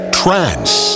trance